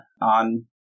on